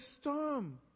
storm